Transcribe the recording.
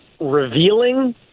revealing